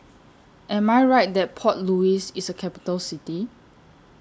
Am I Right that Port Louis IS A Capital City